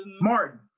Martin